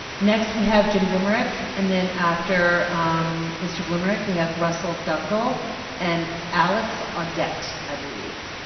next we have jim blumerich and then after mr. blumerich, we have russell dunkel and alex audette, i believe.